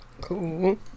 Cool